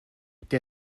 der